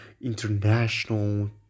international